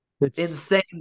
insane